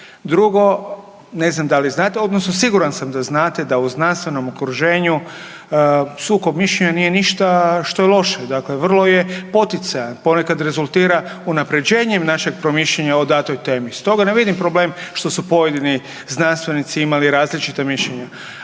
Drugo, ne znam da li znate, odnosno siguran sam znate da u znanstvenom okruženju sukob mišljenja nije ništa što je loše, dakle vrlo je poticajan, ponekad rezultira unaprjeđenjem našeg promišljanja o datoj temi. Stoga ne vidim problem što su pojedini znanstvenici imali različita mišljenja.